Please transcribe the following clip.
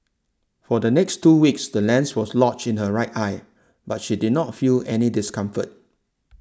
for the next two weeks the lens was lodged in her right eye but she did not feel any discomfort